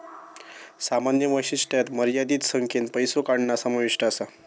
सामान्य वैशिष्ट्यांत मर्यादित संख्येन पैसो काढणा समाविष्ट असा